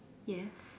yes